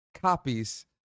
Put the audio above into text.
copies